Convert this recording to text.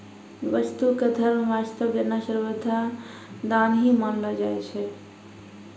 वस्तु क धर्म वास्तअ देना सर्वथा दान ही मानलो जाय छै